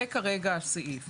זה כרגע הסעיף.